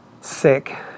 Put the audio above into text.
sick